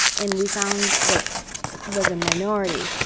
and we found that it was a minority.